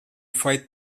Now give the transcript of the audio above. vai